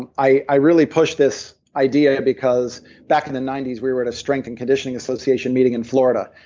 and i i really push this idea because back in the ninety s we were at a strength and conditioning association meeting in florida,